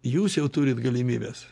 jūs jau turit galimybes